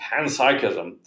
panpsychism